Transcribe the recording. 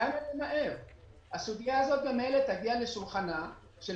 אם הסוגיה הזאת ממילא תגיע לשולחנה של